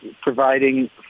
providing